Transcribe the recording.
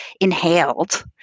inhaled